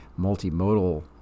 multimodal